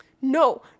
No